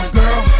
girl